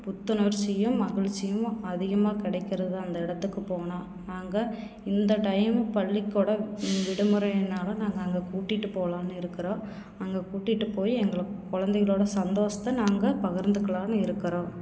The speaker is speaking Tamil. புத்துணர்ச்சியும் மகிழ்ச்சியும் அதிகமாக கிடைக்கிறது தான் அந்த இடத்துக்கு போனா நாங்கள் இந்த டைம் பள்ளிக்கூடம் விடுமுறையினால் நாங்கள் அங்கே கூட்டிகிட்டு போகலான்னு இருக்குறோம் அங்கே கூட்டிகிட்டு போய் எங்களை குழந்தைகளோட சந்தோஷத்தை நாங்கள் பகிர்ந்துக்கலான்னு இருக்கிறோம்